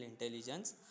intelligence